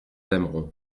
aimeront